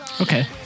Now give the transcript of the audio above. Okay